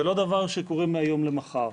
זה לא דבר שקורה מהיום למחר.